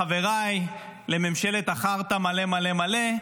חבריי לממשלת החרטא מלא מלא מלא,